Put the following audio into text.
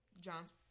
John's